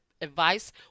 advice